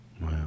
Wow